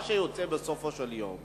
מה שיוצא בסופו של יום,